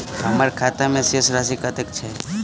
हम्मर खाता मे शेष राशि कतेक छैय?